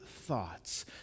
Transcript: thoughts